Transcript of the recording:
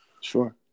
Sure